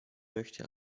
möchte